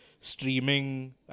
streaming